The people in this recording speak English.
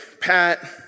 Pat